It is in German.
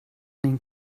den